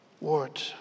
word